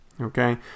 okay